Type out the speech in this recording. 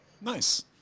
Nice